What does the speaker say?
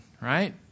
right